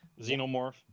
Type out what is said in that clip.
xenomorph